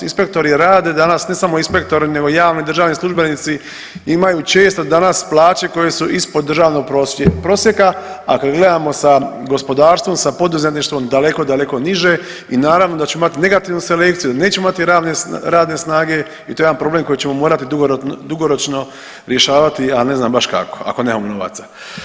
Inspektori rade danas, ne samo inspektori nego javni državni službenici imaju često danas plaće koje su ispod državnog prosjeka, a kad gledamo sa gospodarstvom, sa poduzetništvom, daleko, daleko niže i naravno da ćemo imati negativnu selekciju, da nećemo imati radne snage i to je jedan problem koji ćemo morati dugoročno rješavati, a ne znam baš kako ako nemamo novaca.